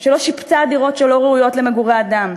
כשלא שיפצה דירות שלא ראויות למגורי אדם,